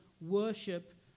worship